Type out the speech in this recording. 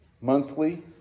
monthly